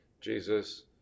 Jesus